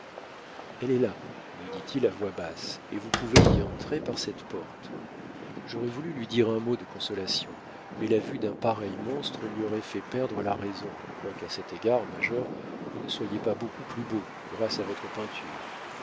elle est là lui dit-il à voix basse et vous pouvez y entrer par cette porte j'aurais voulu lui dire un mot de consolation mais la vue d'un pareil monstre lui aurait fait perdre la raison quoiqu'à cet égard major vous ne soyez pas beaucoup plus beau grâce à votre peinture